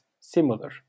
similar